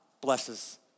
blesses